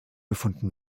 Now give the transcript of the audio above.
gefunden